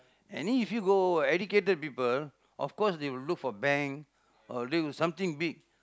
and if you go educated people of course they will look for bank or do something big